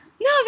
no